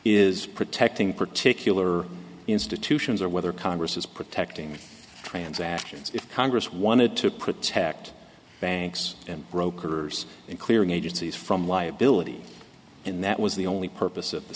is protecting particular institutions or whether congress is protecting transactions if congress wanted to protect banks and brokers and clearing agencies from liability and that was the only purpose of the